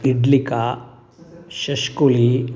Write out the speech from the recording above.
इड्लिका शष्कुली